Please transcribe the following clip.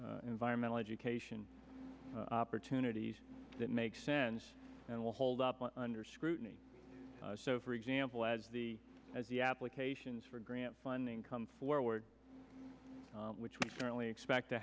environmental education opportunities that make sense and will hold up under scrutiny so for example as the as the applications for grant funding come forward which we certainly expect to